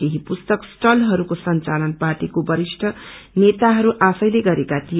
KD पुस्तक स्टलहरूको संचालन पार्टीको वरिष्ठ नेताहरू आफैले गरेका तीए